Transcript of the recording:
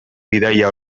bidaia